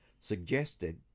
suggested